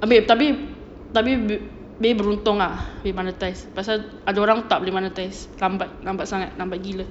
umi tapi tapi baby beruntung ah boleh monetize pasal ada orang tak boleh monetize lambat lambat sangat lambat gila